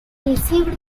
received